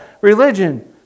religion